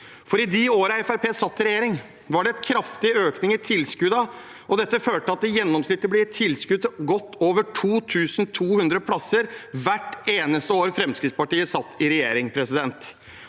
I de årene Fremskrittspartiet satt i regjering, var det en kraftig økning i tilskuddene. Det førte til at det gjennomsnittlig ble gitt tilskudd til godt over 2 200 plasser hvert eneste år Fremskrittspartiet satt i regjering. Dessverre